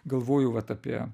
galvoju vat apie